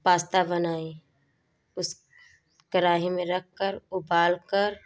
pasta बनाई उस कराही में रख कर उबाल कर